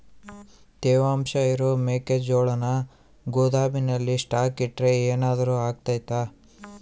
ತೇವಾಂಶ ಇರೋ ಮೆಕ್ಕೆಜೋಳನ ಗೋದಾಮಿನಲ್ಲಿ ಸ್ಟಾಕ್ ಇಟ್ರೆ ಏನಾದರೂ ಅಗ್ತೈತ?